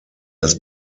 das